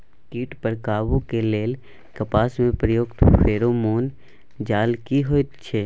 कीट पर काबू के लेल कपास में प्रयुक्त फेरोमोन जाल की होयत छै?